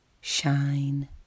Shine